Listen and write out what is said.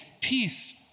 peace